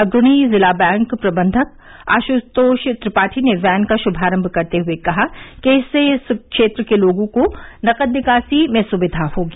अग्रणी जिला बैंक प्रबंधक आश्तोष त्रिपाठी ने वैन का श्भारंभ करते हुए कहा कि इससे इन क्षेत्रों में लोगों को नकद निकासी में सुविधा होगी